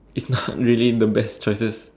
it's not really the best choices